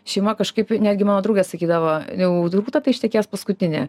šeima kažkaip netgi mano draugas sakydavo jau turbūt ta ištekės paskutinė